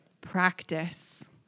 Practice